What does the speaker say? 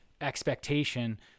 expectation